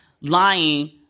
lying